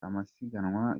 amasiganwa